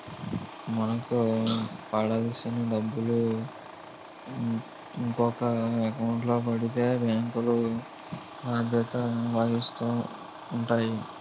మనకు పడాల్సిన డబ్బులు ఇంకొక ఎకౌంట్లో పడిపోతే బ్యాంకులు బాధ్యత వహిస్తూ ఉంటాయి